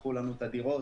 יקחו לנו את הדירות,